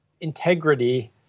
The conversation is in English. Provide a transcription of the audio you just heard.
Integrity